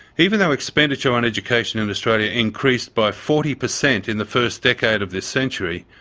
even though expenditure on education in australia increased by forty percent in the first decade of this century,